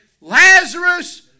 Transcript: Lazarus